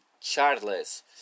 Charles